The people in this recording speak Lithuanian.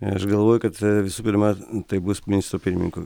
aš galvoju kad visų pirma tai bus ministro pirmininko